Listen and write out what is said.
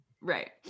Right